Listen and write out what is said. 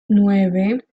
nueve